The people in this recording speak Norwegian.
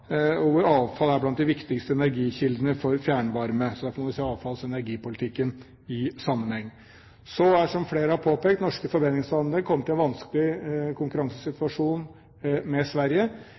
og avfall er blant de viktigste energikildene for fjernvarme. Derfor må vi se avfalls- og energipolitikken i sammenheng. Så har – som flere har påpekt – norske forbrenningsanlegg kommet i en vanskelig konkurransesituasjon med Sverige.